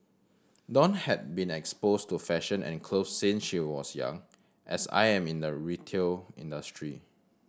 dawn had been exposed to fashion and clothes since she was young as I am in the retail industry